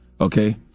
Okay